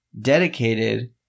dedicated